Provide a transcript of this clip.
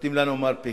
ונותנים לנו מרפקים.